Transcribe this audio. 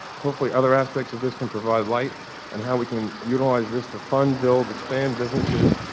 hopefully other aspects of this can provide light on how we can utilize this to fund, build, expand businesses,